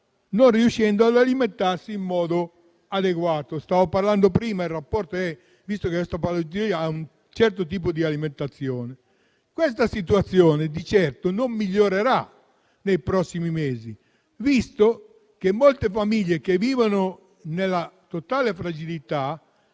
non riescono ad alimentarsi in modo adeguato, dato che, come dicevano prima, queste patologie richiedono un certo tipo di alimentazione. Questa situazione di certo non migliorerà nei prossimi mesi, visto che a molte famiglie che vivono nella totale fragilità